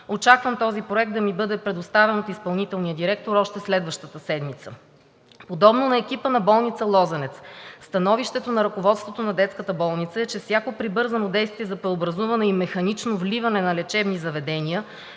Очаквам този проект да ми бъде предоставен от изпълнителния директор още следващата седмица. Подобно на екипа на Болница „Лозенец“ становището на ръководството на Детската болница е, че всяко прибързано действие за преобразуване и механично вливане на лечебни заведения